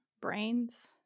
Brains